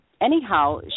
anyhow